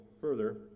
further